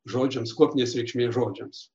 žodžiams kuopinės reikšmės žodžiams